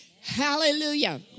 Hallelujah